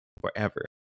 forever